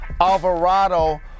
Alvarado